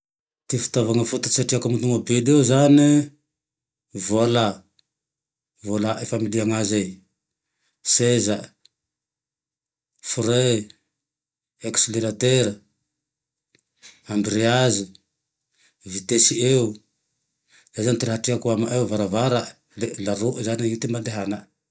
Ty fitaovane fototsy treako ame tômôbily io zane, vôla, vôla familia aze, seza e, rein, akseleratera, ambreazy, vitesy eo, zay zane ty raha treako amy eo, avaravarae, le laroy zane i ty andehanane